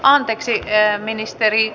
anteeksi jää ministeri